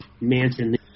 Manson